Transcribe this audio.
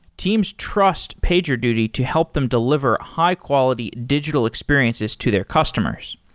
teams trust pagerduty to help them deliver high-quality digital experiences to their customers.